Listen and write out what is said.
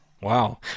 Wow